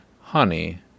Honey